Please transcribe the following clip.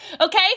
Okay